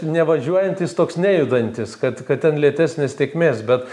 nevažiuojantys toks nejudantis kad kad ten lėtesnės tėkmės bet